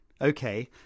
Okay